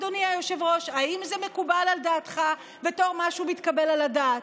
אדוני היושב-ראש: האם זה מקובל עליך בתור משהו מתקבל על הדעת?